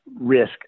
risk